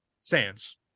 Sans